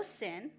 sin